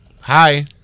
hi